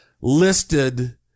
listed